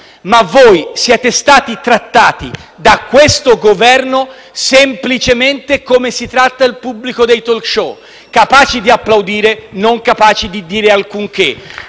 voi siete stati trattati da questo Governo come si fa con il pubblico dei *talk show*: capaci di applaudire, non capaci di dire alcunché.